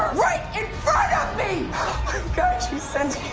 right it brought me she sends